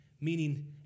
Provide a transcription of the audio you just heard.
meaning